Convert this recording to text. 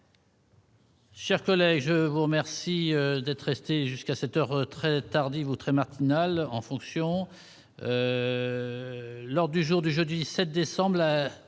Chers collègues, je vous remercie d'être resté jusqu'à 7 heure très tardive ou très matinale en fonction lors du jour du jeudi 17 décembre